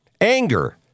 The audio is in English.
Anger